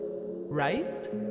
Right